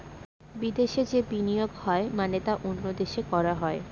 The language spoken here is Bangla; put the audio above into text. বিদেশে যে বিনিয়োগ হয় মানে তা অন্য দেশে করা হয়